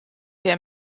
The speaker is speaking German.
der